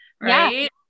Right